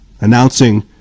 announcing